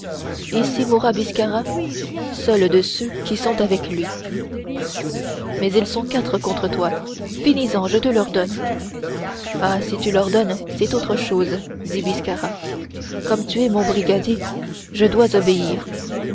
ici mourra biscarat seul de ceux qui sont avec lui mais ils sont quatre contre toi finis en je te l'ordonne ah si tu l'ordonnes c'est autre chose dit biscarat comme tu es mon brigadier je dois obéir